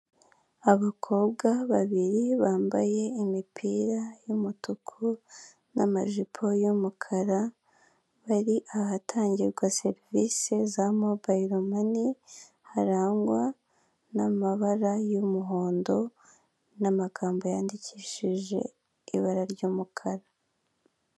Abakobwa babiri bambaye imipira y'umutuku n'amajipo y'umukara, bari ahatangirwa serivisi za mobayiro mani, harangwa n'amabara y'umuhondo n'amagambo yandikishije ibara ry'umukara.